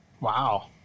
Wow